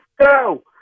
go